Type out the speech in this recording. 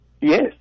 Yes